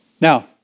Now